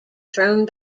thrown